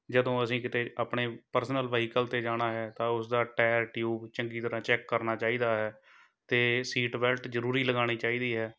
ਜਦੋਂ ਅਸੀਂ ਕਿਤੇ ਆਪਣੇ ਪਰਸਨਲ ਵਹੀਕਲ 'ਤੇ ਜਾਣਾ ਹੈ ਤਾਂ ਉਸ ਦਾ ਟਾਇਰ ਟਿਊਬ ਚੰਗੀ ਤਰ੍ਹਾਂ ਚੈੱਕ ਕਰਨਾ ਚਾਹੀਦਾ ਹੈ ਅਤੇ ਸੀਟ ਬੈਲਟ ਜ਼ਰੂਰੀ ਲਗਾਉਣੀ ਚਾਹੀਦੀ ਹੈ